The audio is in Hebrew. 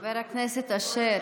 --- חבר הכנסת אשר,